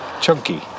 Chunky